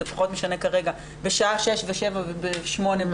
בשעה 18:00 ו-19:00 ו-20:00.